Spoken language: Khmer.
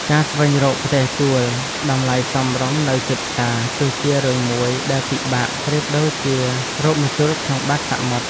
ការស្វែងរកផ្ទះជួលតម្លៃសមរម្យនៅជិតផ្សារ គឺជារឿងមួយដែលពិបាកប្រៀបដូចជារកម្ជុលក្នុងបាតសមុទ្រ។